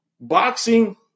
Boxing